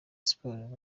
sports